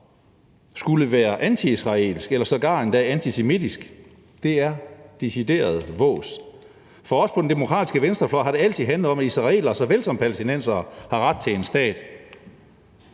skulle være antiisraelsk eller sågar endda antisemitisk. Det er noget decideret vås. For os på den demokratiske venstrefløj har det altid handlet om, at israelere såvel som palæstinensere har ret til en stat.